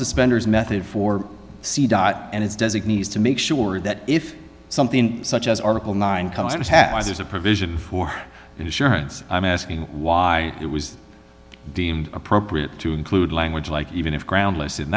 suspenders method for si dot and it's designees to make sure that if something such as article nine comes as a provision for insurance i'm asking why it was deemed appropriate to include language like even if groundless in